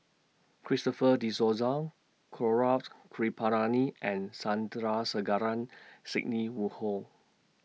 Christopher De Souza Gaurav Kripalani and Sandrasegaran Sidney Woodhull